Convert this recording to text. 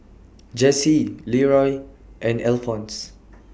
Jessye Leeroy and Alfonse